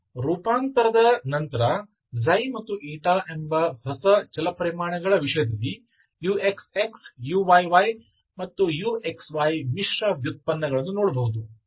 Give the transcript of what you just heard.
ಆದ್ದರಿಂದ ರೂಪಾಂತರದ ನಂತರ and ಎಂಬ ಹೊಸ ಚಲಪರಿಮಾಣಗಳ ವಿಷಯದಲ್ಲಿ uxx uyy ಮತ್ತು uxy ಮಿಶ್ರ ವ್ಯುತ್ಪನ್ನಗಳನ್ನು ನೋಡಬಹುದು